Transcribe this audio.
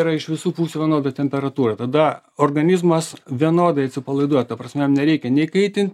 yra iš visų pusių vienoda temperatūra tada organizmas vienodai atsipalaiduoja ta prasme nereikia nei kaitint